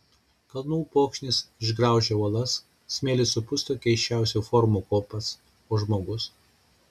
kalnų upokšnis išgraužia uolas smėlis supusto keisčiausių formų kopas o žmogus